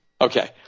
Okay